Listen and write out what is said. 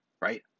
right